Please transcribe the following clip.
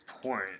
point